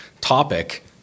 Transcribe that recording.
topic